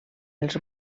els